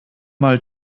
mal